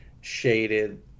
shaded